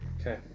Okay